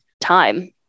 time